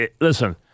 listen